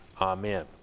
Amen